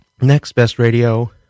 nextbestradio